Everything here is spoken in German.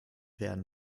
werden